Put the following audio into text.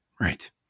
right